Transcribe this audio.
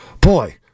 Boy